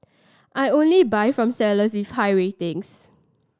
I only buy from sellers with high ratings